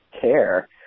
care